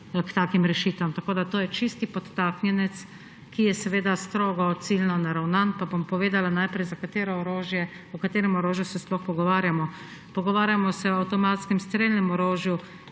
k takim rešitvam, tako da je to čisti podtaknjenec, ki je strogo ciljno naravnan. Pa bom povedala najprej, o katerem orožju se sploh pogovarjamo. Pogovarjamo se o avtomatskem strelnem orožju,